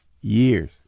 years